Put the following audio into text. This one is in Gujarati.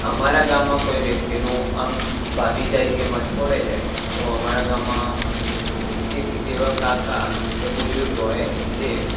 અમારા ગામમાં કોઈ વ્યક્તિનું અંગ ભાંગી જાય કે મચકોડાઈ જાય તો અમારા ગામમાં એક એવા કાકા કે બુઝુર્ગ હોય જે